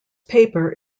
paper